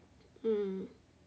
mm